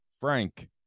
Frank